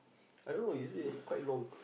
I don't know is it quite long